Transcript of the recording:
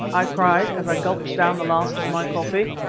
i cried, as i gulped down the last of my coffee,